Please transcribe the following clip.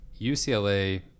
ucla